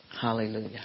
Hallelujah